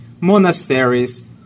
monasteries